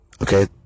Okay